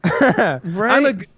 Right